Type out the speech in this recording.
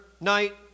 night